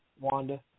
Wanda